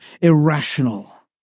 irrational